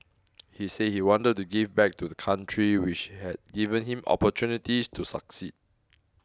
he said he wanted to give back to country which had given him opportunities to succeed